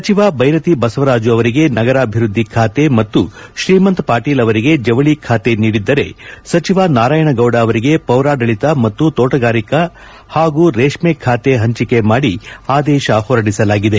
ಸಚಿವ ದೈರತಿ ಬಸವರಾಜು ಅವರಿಗೆ ನಗರಾಭಿವೃದ್ದಿ ಖಾತೆ ಮತ್ತು ಶ್ರೀಮಂತ ಪಾಟೀಲ್ ಅವರಿಗೆ ಜವಳ ಖಾತೆ ನೀಡಿದ್ದರೆ ಸಚಿವ ನಾರಾಯಣಗೌಡ ಅವರಿಗೆ ಪೌರಾಡಳತ ತೋಟಗಾರಿಕೆ ಮತ್ತು ರೇಷ್ನೆ ಖಾತೆ ಪಂಚಿಕೆ ಮಾಡಿ ಆದೇಶ ಹೊರಡಿಸಲಾಗಿದೆ